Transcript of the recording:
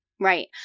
Right